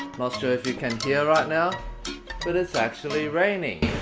not sure if you can hear right now, but it's actually raining.